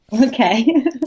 Okay